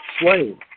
slave